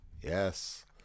yes